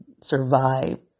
survive